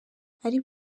ari